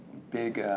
big